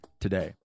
today